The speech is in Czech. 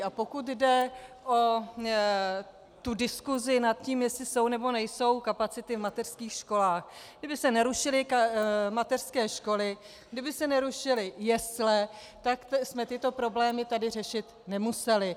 A pokud jde o diskusi nad tím, jestli jsou, nebo nejsou kapacity v mateřských školách kdyby se nerušily mateřské školy, kdyby se nerušily jesle, tak jsme tyto problémy tady řešit nemuseli.